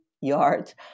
yards